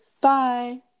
Bye